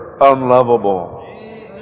unlovable